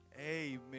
Amen